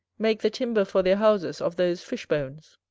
make the timber for their houses of those fish bones.